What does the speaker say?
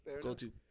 Go-to